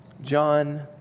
John